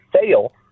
fail